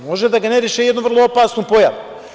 Može da generiše jednu vrlo opasnu pojavu.